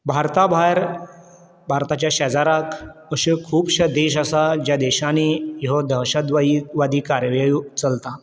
भारता भायर भारताचे शेजाराक अशे खुबशे देश आसात ज्या देशांनी ह्यो दहशतवाही वादी कारवायो चलता